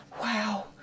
Wow